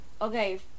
Okay